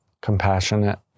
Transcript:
compassionate